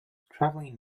traveling